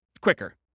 quicker